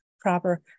proper